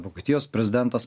vokietijos prezidentas